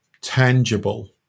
tangible